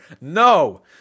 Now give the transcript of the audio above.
No